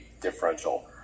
differential